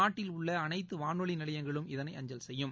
நாட்டில் உள்ளஅனைத்துவானொலிநிலையங்களும் இதனை அஞ்சல் செய்யும்